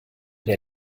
der